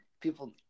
people